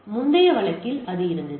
எனவே முந்தைய வழக்கில் அது இருந்தது